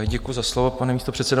Děkuji za slovo, pane místopředsedo.